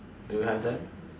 do you have that